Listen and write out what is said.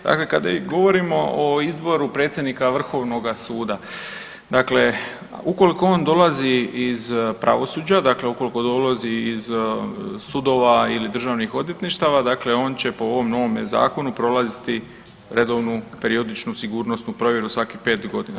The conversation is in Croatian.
Dakle kada govorimo o izboru predsjednika Vrhovnoga suda, dakle ukoliko on dolazi iz pravosuđa, dakle ukoliko dolazi iz sudova ili državnih odvjetništava dakle on će po ovome novome zakonu prolaziti redovnu periodičnu sigurnosnu provjeru svakih 5 godina.